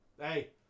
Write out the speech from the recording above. Hey